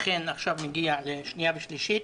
אכן מגיע עכשיו לקריאה שנייה ושלישית.